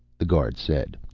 the guard said.